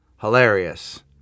hilarious